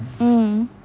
mm